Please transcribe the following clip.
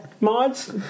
mods